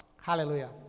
Hallelujah